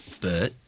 Bert